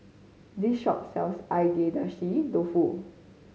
this shop sells Agedashi Dofu